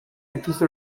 episode